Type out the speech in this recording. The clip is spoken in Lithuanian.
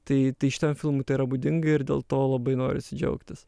tai šitam filmui tai yra būdinga ir dėl to labai norisi džiaugtis